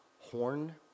horn